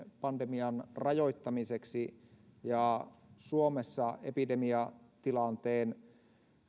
pandemian rajoittamiseksi suomessa ja epidemiatilanteen